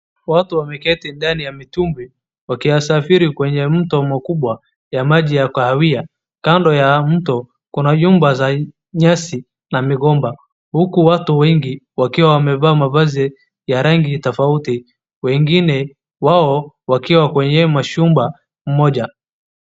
Watu wameketi ndani ya mitumbwi wakisafiri kwenye mto mkubwa ya maji ya kahawia. Kando ya mto kuna nyumba za nyasi na migomba. Huku watu wengi wakiwa wamevaa mavazi ya rangi tofauti wengine wao wakiwa kwenye hiyo mashua moja.